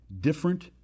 different